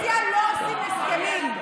באופוזיציה לא עושים הסכמים.